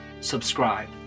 subscribe